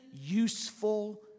useful